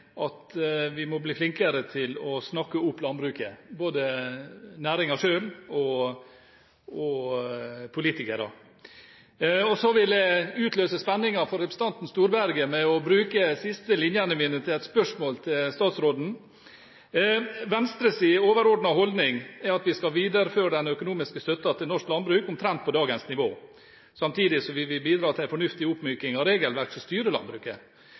at vi må bli flinkere til å snakke opp landbruket – både næringen selv og politikere. Så vil jeg utløse spenningen for representanten Storberget ved å bruke de siste linjene mine på et spørsmål til statsråden: Venstres overordnede holdning er at vi skal videreføre den økonomiske støtten til norsk landbruk omtrent på dagens nivå, samtidig som vi vil bidra til en fornuftig oppmyking av regelverket som styrer landbruket.